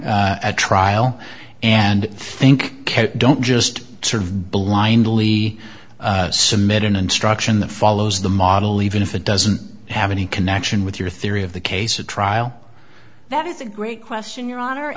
at trial and think don't just serve blindly submit in instruction the follows the model even if it doesn't have any connection with your theory of the case a trial that is a great question your honor i